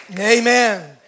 Amen